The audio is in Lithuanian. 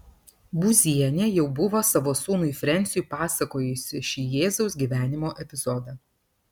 būzienė jau buvo savo sūnui frensiui pasakojusi šį jėzaus gyvenimo epizodą